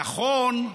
נכון,